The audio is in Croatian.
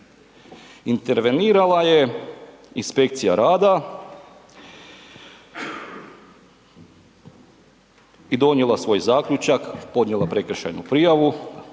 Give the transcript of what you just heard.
Intervenirala je inspekcija rada i donijela svoj zaključak, podnijela prekršajnu prijavu,